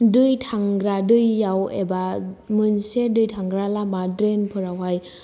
दैथांग्रा दैयाव एबा मोनसे दैथांग्रा लामा ड्रेन फोरावहाय